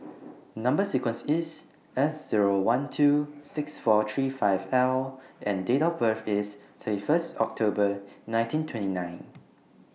Number sequence IS S Zero one two six four three five L and Date of birth IS thirty First October nineteen twenty nine